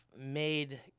made